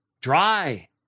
dry